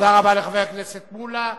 תודה רבה לחבר הכנסת מולה.